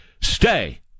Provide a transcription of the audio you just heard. stay